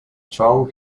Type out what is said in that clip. chong